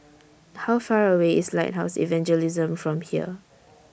How Far away IS Lighthouse Evangelism from here